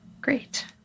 Great